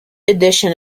edition